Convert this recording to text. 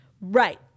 right